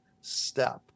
step